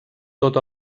tot